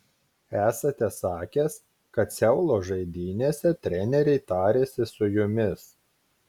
esate sakęs kad seulo žaidynėse treneriai tarėsi su jumis